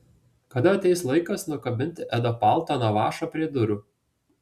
kada ateis laikas nukabinti edo paltą nuo vąšo prie durų